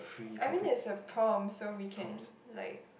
I means it's a prompt so we can like